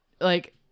like-